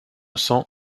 cents